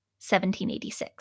1786